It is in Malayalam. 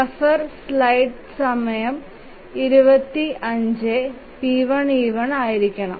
റഫർ സ്ലൈഡ് സമയത്ത് 2541 p1 e1 ആയിരിക്കണം